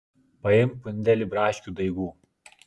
paimk pundelį braškių daigų